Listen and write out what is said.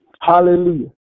Hallelujah